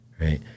right